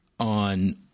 on